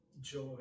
joy